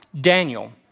Daniel